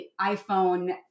iPhone